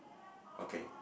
okay